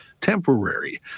temporary